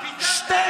שיקלי.